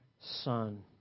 son